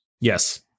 Yes